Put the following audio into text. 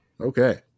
Okay